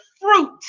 fruit